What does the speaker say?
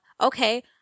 Okay